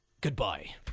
goodbye